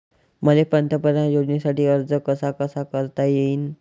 मले पंतप्रधान योजनेसाठी अर्ज कसा कसा करता येईन?